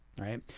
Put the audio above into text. right